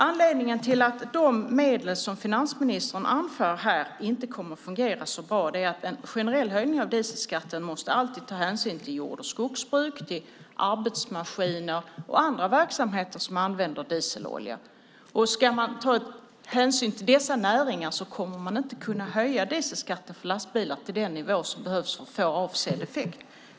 Anledningen till att de medel som finansministern anför här inte kommer att fungera så bra är att en generell höjning av dieselskatten alltid måste ta hänsyn till jord och skogsbruk, arbetsmaskiner och andra verksamheter som använder dieselolja. Ska man ta hänsyn till dessa näringar kommer man inte att kunna höja dieselskatten för lastbilar till den nivå som behövs för att få avsedd effekt.